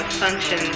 functions